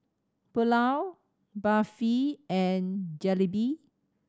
Pulao Barfi and Jalebi